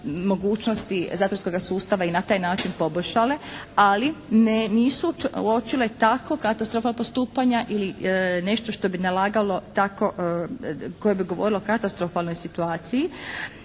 mogućnosti zatvorskoga sustava i na taj način poboljšale, ali nisu uočile tako katastrofalna postupanja ili nešto što bi nalagalo tako, koje bi govorilo o katastrofalnoj situaciji